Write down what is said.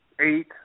eight